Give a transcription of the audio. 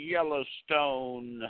Yellowstone